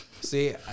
See